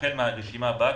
החל מהרשימה הבאה.